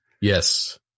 Yes